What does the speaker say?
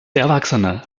erwachsene